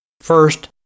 First